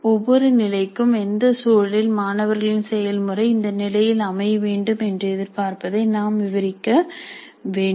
ஒவ்வொரு நிலைக்கும் எந்த சூழலில் மாணவர்களின் செயல் முறை இந்த நிலையில் அமைய வேண்டும் என்று எதிர்பார்ப்பதை நாம் விவரிக்க வேண்டும்